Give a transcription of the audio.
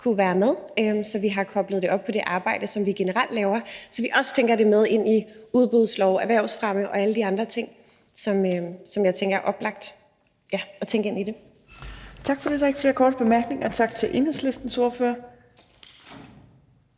kunne være med, så vi kobler det op på det arbejde, som vi generelt laver, og så vi også tænker det med ind i udbudslov, erhvervsfremme og alle de andre ting, som jeg synes er oplagt at tænke ind i det. Kl. 10:42 Fjerde næstformand (Trine Torp): Tak for det. Der er ikke flere korte bemærkninger. Tak til Enhedslistens ordfører.